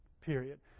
period